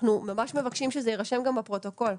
אנחנו ממש מבקשים שזה יירשם גם בפרוטוקול,